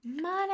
money